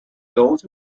those